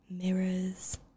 mirrors